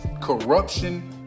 corruption